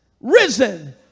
risen